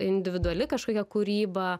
individuali kažkokia kūryba